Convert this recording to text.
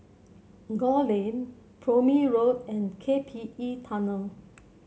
Gul Lane Prome Road and K P E Tunnel